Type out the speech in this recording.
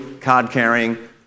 card-carrying